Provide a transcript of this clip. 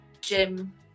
gym